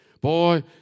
Boy